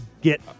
get